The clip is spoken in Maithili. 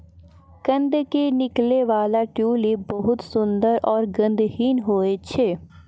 कंद के निकलै वाला ट्यूलिप बहुत सुंदर आरो गंधहीन होय छै